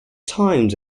times